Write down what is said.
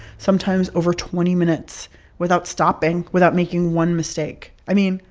sometimes over twenty minutes without stopping, without making one mistake. i mean,